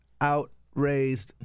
outraised